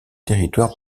territoire